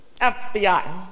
FBI